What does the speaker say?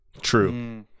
True